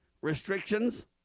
restrictions